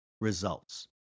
results